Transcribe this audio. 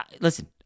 Listen